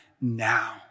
now